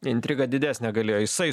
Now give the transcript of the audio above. intriga didesnė galėjo jisai